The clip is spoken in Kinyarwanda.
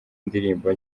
ndirimbo